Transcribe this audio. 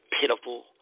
pitiful